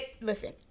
Listen